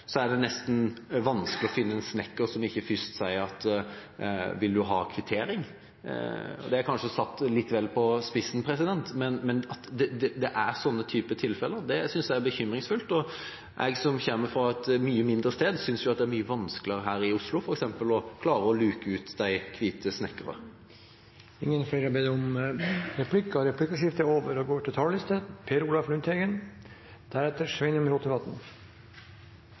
så lav pris. Jeg synes det er ytterst problematisk at når man skal pusse opp et bad eller en leilighet, er det nesten vanskelig å finne en snekker som ikke først spør om man vil ha kvittering. Det er kanskje satt litt vel på spissen, men at det er sånne tilfeller, synes jeg er bekymringsfullt. Jeg som kommer fra et mindre sted, synes det f.eks. er mye vanskeligere å klare å luke ut de hvite snekkerne her i Oslo. Replikkordskiftet er over. Først vil jeg ta opp Senterpartiets forslag i innstillinga. Jeg vil gi honnør til